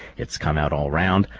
it's come out all round.